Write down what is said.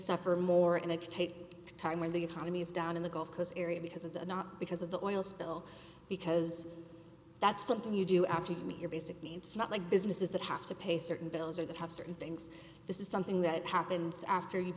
suffer more and it could take time when the economy is down in the gulf coast area because of the not because of the oil spill because that's something you do after you meet your basic needs not like businesses that have to pay certain bills or that have certain things this is something that happens after you've